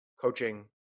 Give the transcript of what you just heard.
coaching